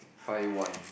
five one